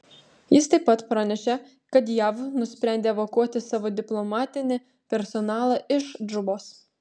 jis taip pat pranešė kad jav nusprendė evakuoti savo diplomatinį personalą iš džubos